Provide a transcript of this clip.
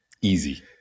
Easy